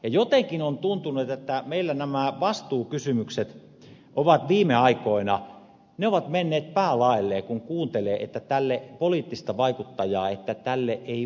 jotenkin on tuntunut että meillä nämä vastuukysymykset ovat viime aikoina menneet päälaelleen kun kuuntelee poliittista vaikuttajaa että tälle ei voi mitään